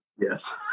Yes